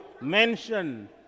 mention